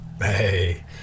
Hey